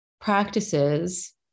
practices